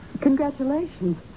Congratulations